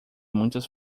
muitas